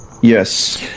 yes